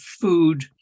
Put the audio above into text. food